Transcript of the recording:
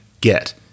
get